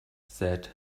said